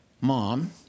Mom